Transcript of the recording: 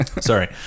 Sorry